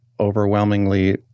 Overwhelmingly